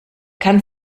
kann